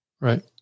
Right